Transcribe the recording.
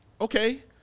Okay